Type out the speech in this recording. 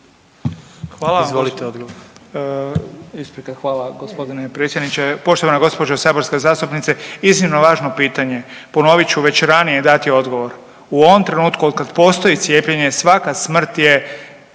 (HDZ)** Izvolite odgovor.